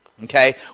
Okay